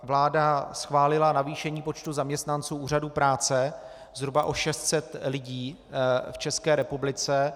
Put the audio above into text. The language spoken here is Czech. Vláda schválila navýšení počtu zaměstnanců úřadů práce zhruba o 600 lidí v České republice.